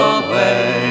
away